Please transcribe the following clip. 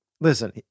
Listen